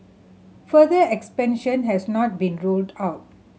further expansion has not been ruled out